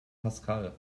pascal